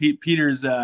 Peter's